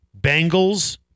Bengals